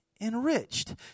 Enriched